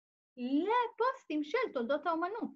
לפוסטים של תולדות האמנות